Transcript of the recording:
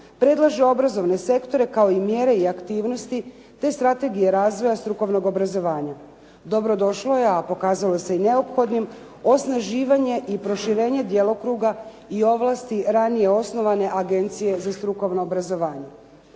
predlaže obrazovne sektore kao i mjere i aktivnosti, te strategije razvoja strukovnog obrazovanja. Dobro došlo je a pokazalo se i neophodnim osnaživanje i proširenje djelokruga ovlasti ranije osnovane Agencije za strukovno obrazovanje.